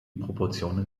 proportionen